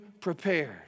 prepared